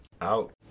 Out